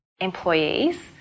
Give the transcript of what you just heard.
employees